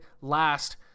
last